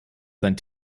seinen